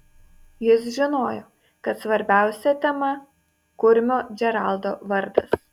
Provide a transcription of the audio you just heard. jis žinojo kad svarbiausia tema kurmio džeraldo vardas